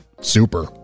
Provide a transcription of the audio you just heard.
super